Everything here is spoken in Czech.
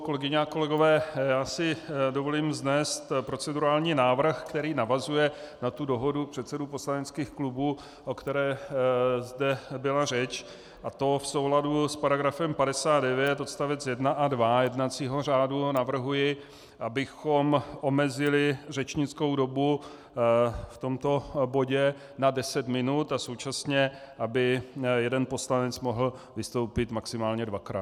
Kolegyně a kolegové, dovolím si vznést procedurální návrh, který navazuje na dohodu předsedů poslaneckých klubů, o které zde byla řeč, a to v souladu s § 59 odst. 1 a 2 jednacího řádu navrhuji, abychom omezili řečnickou dobu v tomto bodě na 10 minut a současně aby jeden poslanec mohl vystoupit maximálně dvakrát.